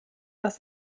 was